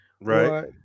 right